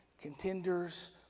contenders